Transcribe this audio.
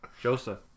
Joseph